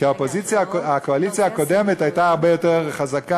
כי הקואליציה הקודמת הייתה הרבה יותר חזקה.